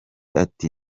ati